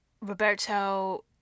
Roberto